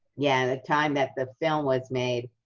yeah, the time that the film was made,